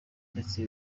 ndetse